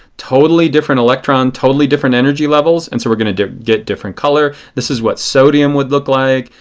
totally different electron. totally different energy levels. and so we are going to get different color. this is what sodium would look like.